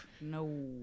no